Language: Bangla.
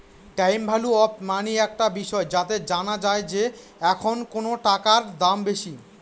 টাইম ভ্যালু অফ মনি একটা বিষয় যাতে জানা যায় যে এখন কোনো টাকার দাম বেশি